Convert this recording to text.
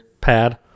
pad